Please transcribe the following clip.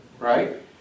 right